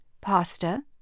Pasta